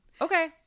Okay